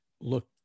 look